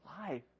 life